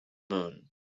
moon